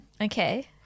Okay